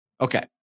Okay